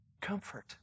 comfort